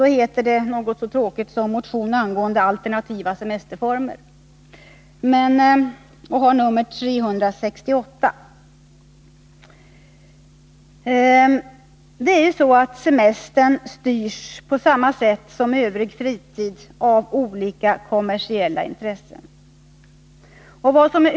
Den heter något så tråkigt som motion om alternativa semesterformer och har nr 1979/80:368. Semestern styrs, på samma sätt som övrig fritid, av olika kommersiella intressen.